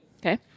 Okay